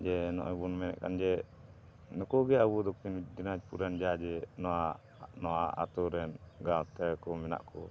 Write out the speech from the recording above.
ᱡᱮ ᱱᱚᱜᱼᱚᱭ ᱵᱚᱱ ᱢᱮᱱᱮᱫ ᱠᱟᱱ ᱡᱮ ᱱᱩᱠᱩ ᱜᱮ ᱟᱵᱚ ᱫᱚᱠᱠᱷᱤᱱ ᱫᱤᱱᱟᱡᱽᱯᱩᱨ ᱨᱮᱱ ᱡᱟᱦᱟᱸ ᱡᱮ ᱱᱚᱣᱟ ᱱᱚᱣᱟ ᱟᱛᱳ ᱨᱮᱱ ᱜᱟᱶᱛᱟ ᱠᱚ ᱢᱮᱱᱟᱜ ᱠᱚ